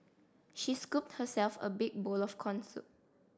she scooped herself a big bowl of corn soup